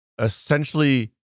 essentially